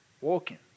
walking